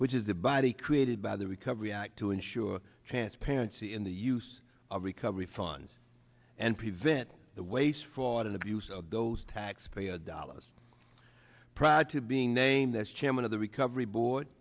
which is the body created by the recovery act to ensure transparency in the use of recovery funds and prevent the waste fraud and abuse of those taxpayer dollars prior to being named as chairman of the recovery board